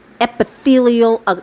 epithelial